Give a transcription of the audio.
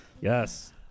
Yes